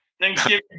Thanksgiving